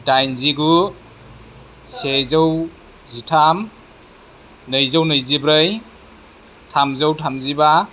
दाइनजिगु सेजौ जिथाम नैजौ नैजिब्रै थामजौ थामजिबा